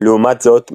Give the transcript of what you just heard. לעומת זאת,